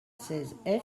seize